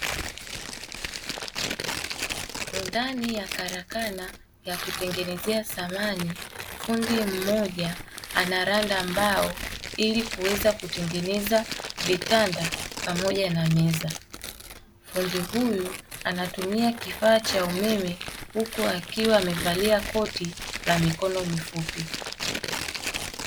Ndani ya karakana ya kutengenezea samani, fundi mmoja anaranda mbao ili kuweza kutengenezea vitanda pamoja na meza. Fundi huyu anatumia kifaa cha umeme huku akiwa amevalia koti la mikono mifupi.